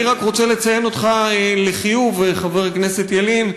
אני רק רוצה לציין אותך לחיוב, חבר הכנסת ילין.